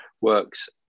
works